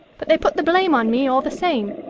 but they put the blame on me, all the same.